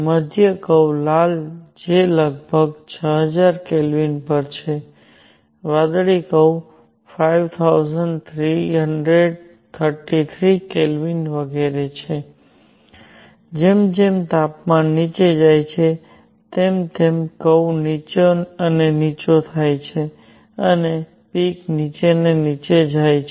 મધ્ય કર્વ લાલ જે લગભગ 6000 K પર છે વાદળી 5333 K વગેરે છે જેમ જેમ તાપમાન નીચે જાય છે તેમ તેમ કર્વ નીચો અને નીચો થાય છે અને પીક નીચે અને નીચે જાય છે